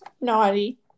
Naughty